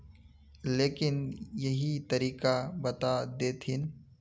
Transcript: लेकिन सही तरीका बता देतहिन?